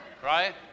Right